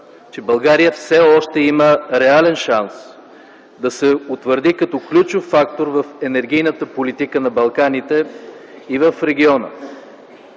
че България все още има реален шанс да се утвърди като ключов фактор в енергийната политика на Балканите и в региона.